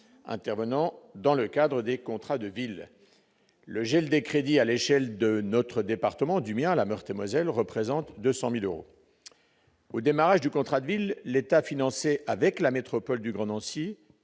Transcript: intervenant dans le cadre des contrats de ville. Le gel des crédits à l'échelle de mon département, la Meurthe-et-Moselle, représente 200 000 euros. Au démarrage du contrat de ville, l'État finançait avec la métropole du Grand Nancy